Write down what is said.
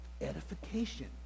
edification